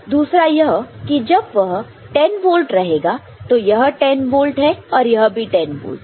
दूसरा कि यह कि जब वह 10 वोल्ट रहेगा तो यह 10 वोल्ट है और यह भी 10 वोल्ट है